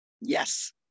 Yes